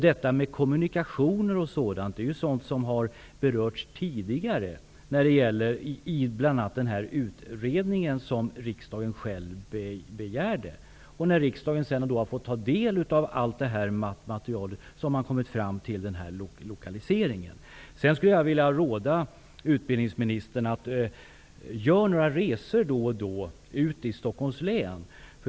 Frågan om kommunikationer och sådant har ju tidigare berörts bl.a. i den utredning som riksdagen begärde. När riksdagen sedan fick ta del av allt material, kom man fram till den här lokaliseringen. Jag vill ge ett råd till utbildningsministern: Gör några resor då och då i Stockholms län!